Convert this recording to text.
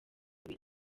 biro